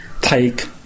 take